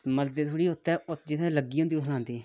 बेल मलदे थोह्ड़़ी जित्थै लग्गी दी होंदी उत्थै लांदे थोह्ड़ी